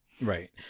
Right